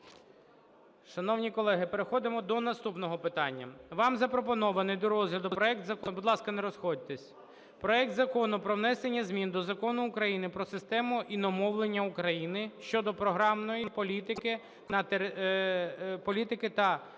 Шановні колеги, переходимо до наступного питання. Вам запропонований до розгляду проект Закону… Будь ласка, не розходьтесь. Проект Закону про внесення змін до Закону України "Про систему іномовлення України" (щодо програмної політики та